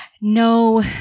No